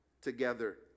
Together